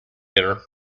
dinner